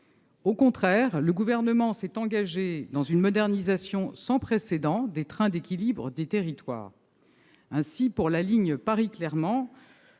Au contraire, le Gouvernement s'est engagé dans une modernisation sans précédent des trains d'équilibre des territoires. Ainsi, pour la ligne Paris-Clermont-Ferrand,